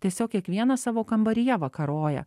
tiesiog kiekvienas savo kambaryje vakaroja